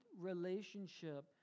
relationship